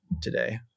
today